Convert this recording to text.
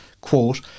quote